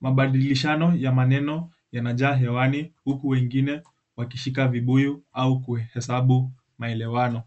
Mabadilishano ya maneno yanajaa hewani huku wengine wakishika vibuyu au kuhesabu maelewano.